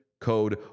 code